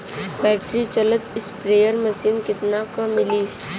Battery चलत sprayer machine कितना क मिली?